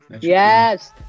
Yes